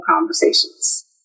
conversations